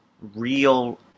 Real